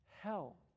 hell